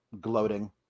gloating